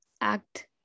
act